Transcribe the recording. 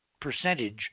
percentage